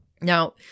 Now